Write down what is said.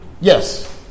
yes